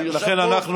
הוא ישב פה,